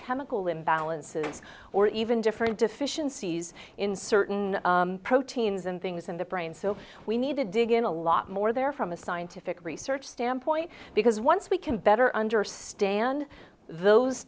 chemical imbalances or even different deficiencies in certain proteins and things in the brain so we need to dig in a lot more there from a scientific research standpoint because once we can better understand those